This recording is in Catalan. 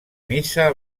missa